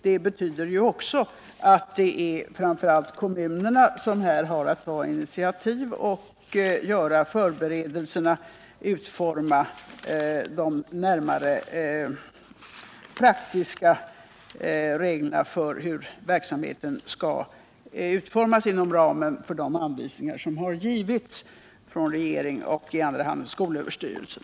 Det betyder också att det framför allt är kommunerna som har att ta initiativ och göra förberedelser, utforma de närmare praktiska reglerna för hur verksamheten skall utformas inom ramen för de anvisningar som givits av regeringen och i andra hand skolöverstyrelsen.